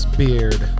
beard